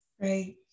Right